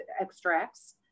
extracts